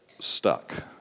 stuck